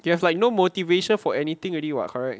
you have like no motivation for anything already [what] correct